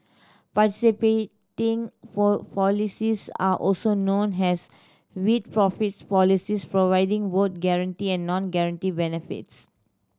participating policies are also known has with profits policies providing both guaranteed and non guaranteed benefits